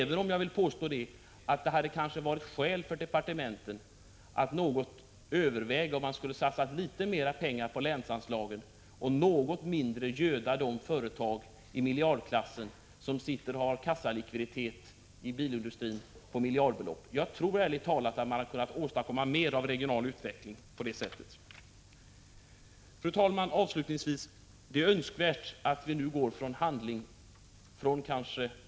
Men jag vill nog samtidigt påstå att det kanske hade funnits skäl för departementen att överväga en något större satsning på länsanslagen samt åtgärder som innebär att man något mindre göder de företag inom bilindustrin som har en kassalikviditet i miljardklassen. Ärligt talat tror jag att man på det sättet hade kunnat åstadkomma mer när det gäller den regionala utvecklingen. Fru talman! Avslutningsvis vill jag säga att det är önskvärt att vi nu går från ord till handling.